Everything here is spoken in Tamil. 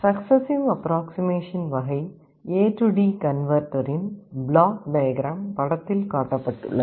சக்சஸ்ஸிவ் அப்ராக்ஸிமேஷன் வகை ஏடி கன்வெர்ட்டரின் Successive approximation AD converter block diagram படத்தில் காட்டப்பட்டுள்ளது